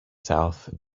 south